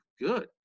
good